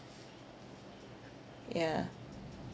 yeah